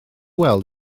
weld